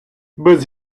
без